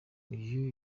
uyu